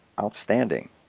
Outstanding